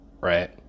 Right